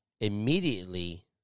immediately